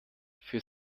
für